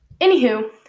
Anywho